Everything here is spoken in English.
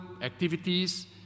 activities